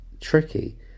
tricky